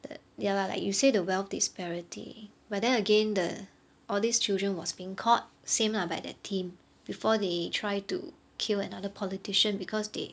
but ya lah like you say the wealth disparity but then again the all these children was being caught same lah by the team before they try to kill another politician because they